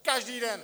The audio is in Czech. Každý den?